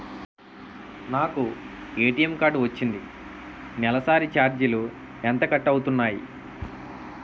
నాకు ATM card వచ్చింది నెలసరి ఛార్జీలు ఎంత కట్ అవ్తున్నాయి?